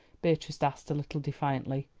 beatrice asked a little defiantly.